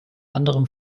anderem